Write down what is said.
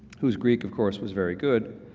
whose greek of course was very good,